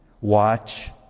watch